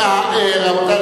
רבותי,